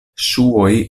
ŝuoj